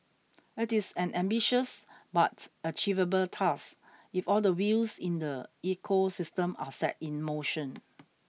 it is an ambitious but achievable task if all the wheels in the ecosystem are set in motion